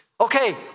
Okay